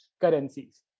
currencies